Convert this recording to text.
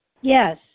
Yes